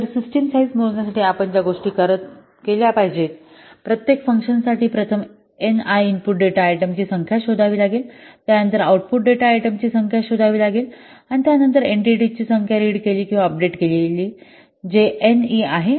तर system size मोजण्यासाठी आपण ज्या गोष्टी करता त्या केल्या पाहिजेत प्रत्येक फंक्शनसाठी प्रथम एनआय इनपुट डेटा आयटमची संख्या शोधा त्यानंतर आउटपुट डेटा आयटमची संख्या शोधा त्यानंतर एंटिटीज ची संख्या रीड केलेली किंवा अपडेट केलेली जे एन ई आहे